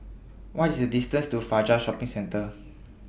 What IS The distance to Fajar Shopping Centre